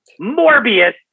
Morbius